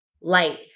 light